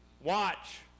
watch